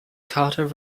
carter